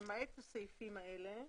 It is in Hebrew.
למעט הסעיפים האלה,